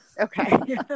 Okay